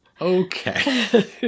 Okay